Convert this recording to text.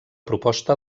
proposta